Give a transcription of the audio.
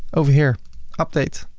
over here update,